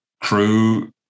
crew